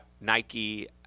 nike